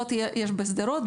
יש בשדרות,